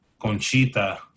Conchita